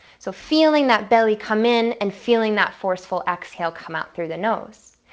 so feeling that belly come in and feeling that forceful exhale come out through the nose.